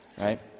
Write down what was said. right